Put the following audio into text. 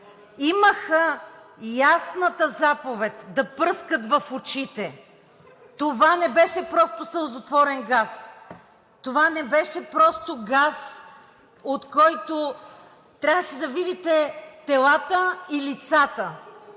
Имаха ясната заповед да пръскат в очите. Това не беше просто сълзотворен газ, това не беше просто газ, от който трябваше да видите телата и лицата